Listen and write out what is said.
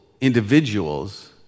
individuals